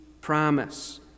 promise